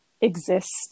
exist